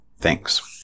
Thanks